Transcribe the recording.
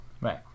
Right